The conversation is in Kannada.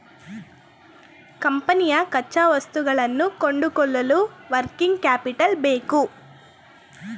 ಕಂಪನಿಯ ಕಚ್ಚಾವಸ್ತುಗಳನ್ನು ಕೊಂಡುಕೊಳ್ಳಲು ವರ್ಕಿಂಗ್ ಕ್ಯಾಪಿಟಲ್ ಬೇಕು